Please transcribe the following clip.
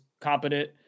competent